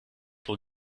pour